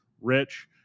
rich